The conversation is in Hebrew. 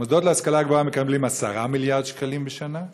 שהמוסדות להשכלה גבוהה מקבלים 10 מיליארד שקלים בשנה,